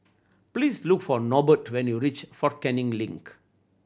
please look for Norbert when you reach Fort Canning Link